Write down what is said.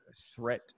threat